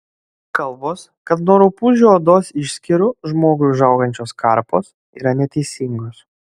kalbos kad nuo rupūžių odos išskyrų žmogui užaugančios karpos yra neteisingos